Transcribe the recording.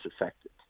affected